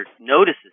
notices